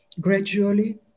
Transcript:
gradually